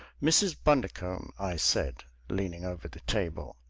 mrs. bundercombe, i said, leaning over the table,